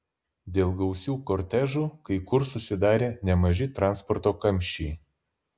dėl gausių kortežų kai kur susidarė nemaži transporto kamščiai